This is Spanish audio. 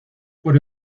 por